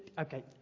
okay